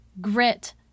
grit